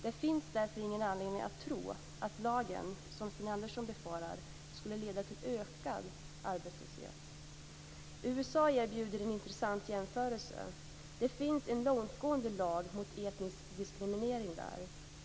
Det finns därför ingen anledning att tro, att lagen, som Sten Andersson befarar, skulle leda till ökad arbetslöshet. USA erbjuder en intressant jämförelse. Det finns där en långtgående lagstiftning mot etnisk diskriminering.